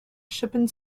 chopin